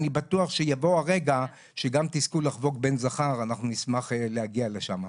אני בטוח שיבוא הרגע שגם תזכו לחגוג בן זכר ואנחנו נשמח להגיע לשם.